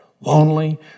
Lonely